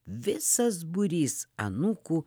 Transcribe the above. visas būrys anūkų